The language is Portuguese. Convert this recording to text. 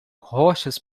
rochas